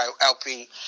LP